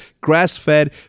grass-fed